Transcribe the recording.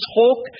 talk